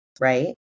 right